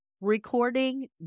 recording